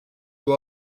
you